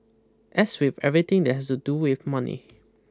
as with everything that has to do with money